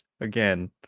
again